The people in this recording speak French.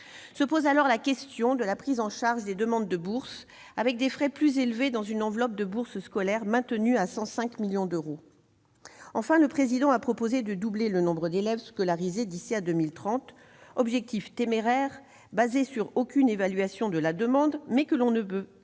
Se pose alors la question de la prise en charge des demandes de bourses scolaires avec des frais plus élevés, dans une enveloppe financière maintenue à 105 millions d'euros. Enfin, le Président de la République a proposé de doubler le nombre d'élèves scolarisés d'ici à 2030, objectif téméraire, qui n'est basé sur aucune évaluation de la demande, mais que l'on ne peut